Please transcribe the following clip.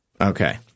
okay